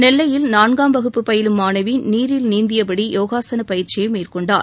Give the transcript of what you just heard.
நெல்லையில் நான்காம் வகுப்பு பயிலும் மாணவி நீரில் நீந்தியபடி யோகாசன பயிற்சியை மேற்கொண்டார்